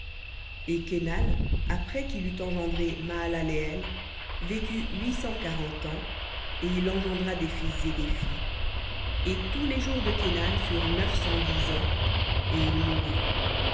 et kénan après qu'il eut engendré mahalaleël vécut huit cent quarante ans et il engendra des fils et des filles et tous les jours de kénan furent neuf cent dix ans et il mourut